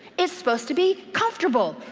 it's supposed to be comfortable.